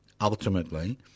Ultimately